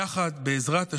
יחד, בעזרת השם,